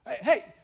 Hey